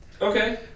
Okay